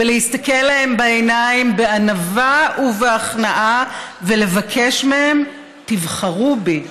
להסתכל להם בעיניים בענווה ובהכנעה ולבקש מהם: תבחרו בי,